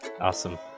Awesome